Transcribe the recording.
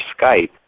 Skype